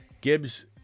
Gibbs